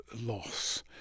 loss